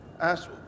ask